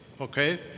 okay